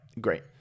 Great